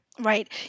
Right